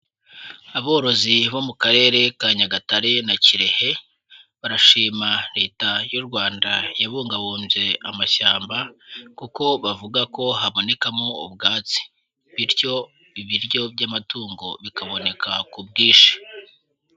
Aborozi bo mu karere ka Nyagatare na Kirehe, barashima leta y'u Rwanda yabungabunze amashyamba, kuko bavuga ko habonekamo ubwatsi, bityo ibiryo by'amatungo bikaboneka ku bwinshi.